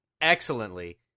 excellently